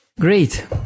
Great